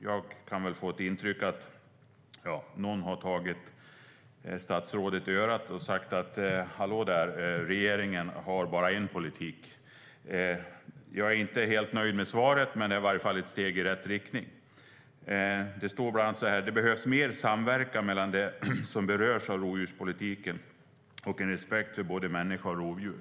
Jag kan få ett intryck av att någon har tagit statsrådet i örat och sagt: Hallå där, regeringen har bara enJag är inte helt nöjd med svaret, men det är i alla fall ett steg i rätt riktning. Det står bland annat: "Det behövs mer samverkan mellan dem som berörs av rovdjurspolitiken och en respekt för både människa och rovdjur.